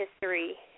history